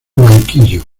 banquillo